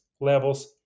levels